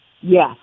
Yes